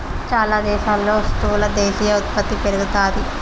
చాలా దేశాల్లో స్థూల దేశీయ ఉత్పత్తి పెరుగుతాది